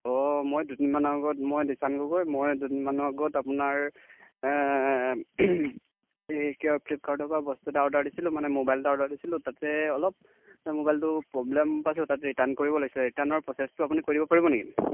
অঁ মই দুদিনমানৰ আগত মই দিছান গগৈ মই দুদিনমানৰ আগত আপোনাৰ এই কিবা ফ্লিপকাৰ্টৰ পৰা বস্তু এটা অৰ্ডাৰ দিছিলোঁ মানে মোবাইল এটা অৰ্ডাৰ দিছিলোঁ তাতে অলপ মোবাইলটো প্ৰব্লেম পাইছিলোঁ তাত ৰিটাৰ্ণ কৰিব লাগিছিলে ৰিটাৰ্ণৰ প্ৰচেছটো আপুনি কৰি দিব পাৰিব নেকি